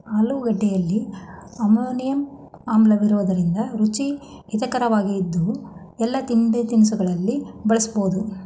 ಆಲೂಗೆಡ್ಡೆಲಿ amino ಆಮ್ಲಇರೋದ್ರಿಂದ ರುಚಿ ಹಿತರಕವಾಗಿದ್ದು ಎಲ್ಲಾ ತಿಂಡಿತಿನಿಸಲ್ಲಿ ಬಳಸ್ಬೋದು